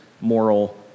moral